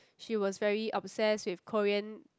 she was very obssess with Korean